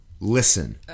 Listen